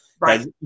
Right